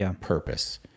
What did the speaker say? purpose